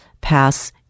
pass